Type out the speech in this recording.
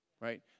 right